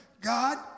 God